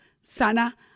Sana